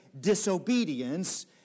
disobedience